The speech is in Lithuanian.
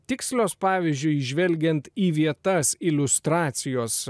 tikslios pavyzdžiui žvelgiant į vietas iliustracijos